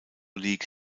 league